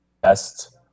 best